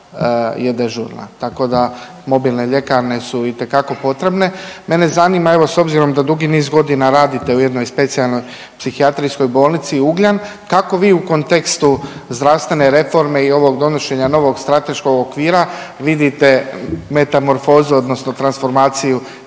je dežurna. Tako da mobilne ljekarne su itekako potrebne. Mene zanima evo s obzirom da dugi niz godina radite u jednoj Specijalnoj psihijatrijskoj bolnici Ugljan kako vi u kontekstu zdravstvene reforme i ovog donošenja novog strateškog okvira vidite metamorfozu odnosno transformaciju